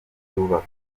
byubaka